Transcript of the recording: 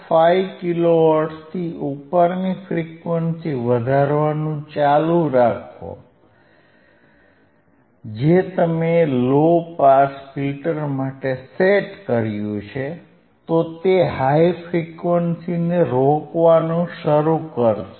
5 kilo હર્ટ્ઝથી ઉપરની frequency વધારવાનું ચાલુ રાખો જે તમે લો પાસ ફિલ્ટર માટે સેટ કર્યું છે તો તે હાઇ ફ્રીક્વન્સીને રોક્વાનું શરૂ કરશે